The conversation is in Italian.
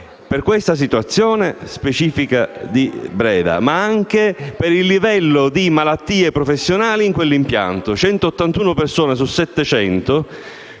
per questa situazione specifica di Breda, ma anche per il livello di malattie professionali in quell'impianto: 181 persone su 700